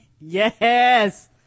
Yes